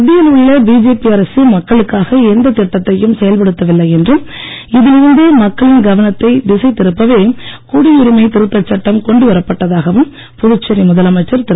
மத்தியில் உள்ள பிஜேபி அரசு மக்களுக்காக எந்தத் திட்டத்தையும் செயல்படுத்தவில்லை என்றும் இதில் இருந்து மக்களின் கவனத்தை திசை திருப்பவே குடியரிமை திருத்தச்சட்டம் கொண்டுவரப் பட்டதாகவும் புதுச்சேரி முதலமைச்சர் திரு